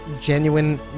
genuine